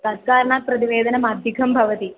तत्कारणात् प्रतिवेदनम् अधिकं भवति